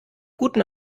guten